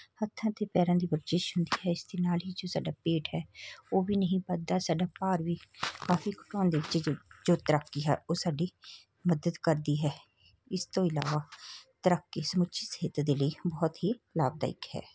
ਹੱਥਾਂ ਅਤੇ ਪੈਰਾਂ ਦੀ ਵਰਜਿਸ਼ ਹੁੰਦੀ ਹੈ ਇਸ ਦੇ ਨਾਲ ਹੀ ਜੋ ਸਾਡਾ ਪੇਟ ਹੈ ਉਹ ਵੀ ਨਹੀਂ ਵੱਧਦਾ ਸਾਡਾ ਭਾਰ ਵੀ ਕਾਫੀ ਘਟਾਉਣ ਦੇ ਵਿੱਚ ਜ ਜੋ ਤੈਰਾਕੀ ਹੈ ਉਹ ਸਾਡੀ ਮਦਦ ਕਰਦੀ ਹੈ ਇਸ ਤੋਂ ਇਲਾਵਾ ਤੈਰਾਕੀ ਸਮੁੱਚੀ ਸਿਹਤ ਦੇ ਲਈ ਬਹੁਤ ਹੀ ਲਾਭਦਾਇਕ ਹੈ